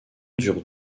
dure